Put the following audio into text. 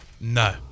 no